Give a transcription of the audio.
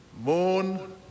Moon